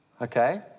okay